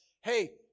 hey